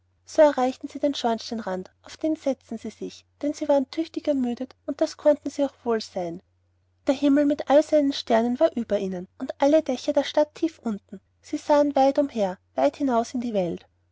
so erreichten sie den schornsteinrand und auf den setzten sie sich denn sie waren tüchtig ermüdet und das konnten sie auch wohl sein der himmel mit all seinen sternen war oben über ihnen und alle dächer der stadt tief unten sie sahen weit umher weit hinaus in die welt